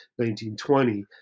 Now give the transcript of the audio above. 1920